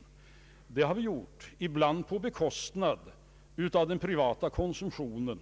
Ja, det har vi låtit den göra, ibland på bekostnad av den privata konsumtionen